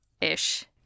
ish